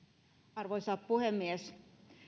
arvoisa puhemies